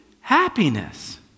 happiness